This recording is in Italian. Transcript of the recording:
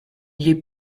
gli